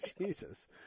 Jesus